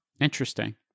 Interesting